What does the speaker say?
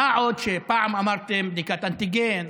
מה עוד, שפעם אמרתם בדיקת אנטיגן,